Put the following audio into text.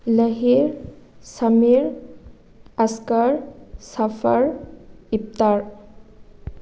ꯂꯍꯤꯔ ꯁꯃꯤꯔ ꯑꯁꯀꯔ ꯁꯐꯔ ꯏꯞꯇꯔ